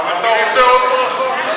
אתה רוצה עוד ברכה?